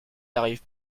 arrive